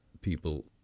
people